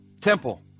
temple